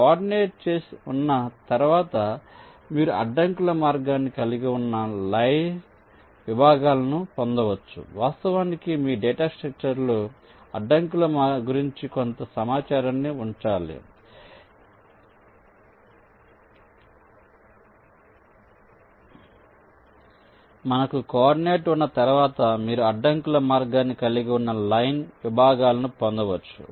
కాబట్టి మనకు కోఆర్డినేట్ ఉన్న తర్వాత మీరు అడ్డంకుల మార్గాన్ని కలిగి ఉన్న లైన్ విభాగాలను పొందవచ్చు